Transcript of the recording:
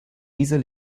dieser